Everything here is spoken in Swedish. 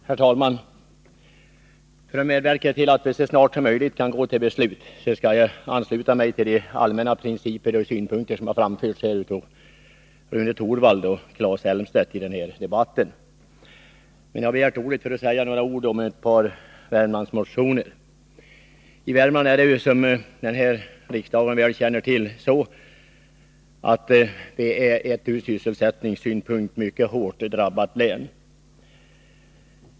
Herr talman! För att medverka till att vi så snart som möjligt kan gå till beslut skall jag ansluta mig till de allmänna principer och synpunkter som har anförts av Rune Torwald och Claes Elmstedt i denna debatt. Men jag har begärt ordet för att säga något om ett par Värmlandsmotioner. Värmland är ju, som riksdagen väl känner till, ett ur sysselsättningssynpunkt mycket hårt drabbat län.